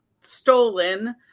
stolen